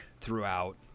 throughout